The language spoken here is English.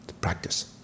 practice